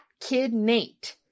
KidNate